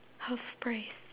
half price